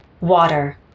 water